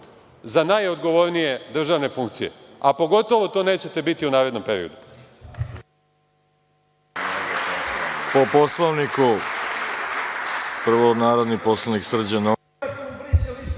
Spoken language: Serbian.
za najodgovornije državne funkcije, a pogotovo to nećete biti u narednom periodu.